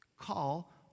Call